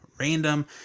random